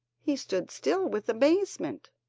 he stood still with amazement,